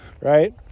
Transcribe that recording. right